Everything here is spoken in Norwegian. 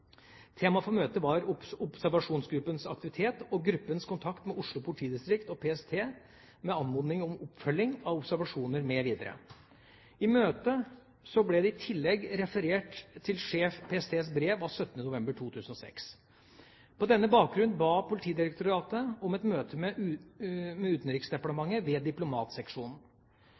Temaet for møtet var «observasjonsgruppens» aktivitet og gruppens kontakt med Oslo politidistrikt og PST, med anmodninger om oppfølging av observasjoner mv. I møtet ble det i tillegg referert til Sjef PSTs brev av 17. november 2006. På denne bakgrunn ba Politidirektoratet om et møte med Utenriksdepartementet ved Diplomatseksjonen.